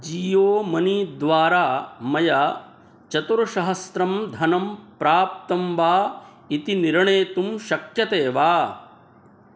Jio money द्वारा मया चतुस्सहस्रं धनं प्राप्तं वा इति निर्णेतुं शक्यते वा